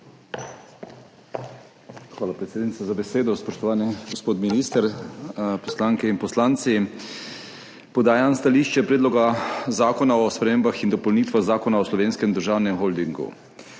Hvala predsednica za besedo. Spoštovani gospod minister, poslanke in poslanci! Podajam stališče Predloga zakona o spremembah in dopolnitvah Zakona o Slovenskem državnem holdingu.